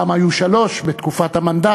פעם היו שלוש, בתקופת המנדט,